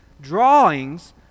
drawings